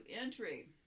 entry